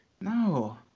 No